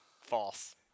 False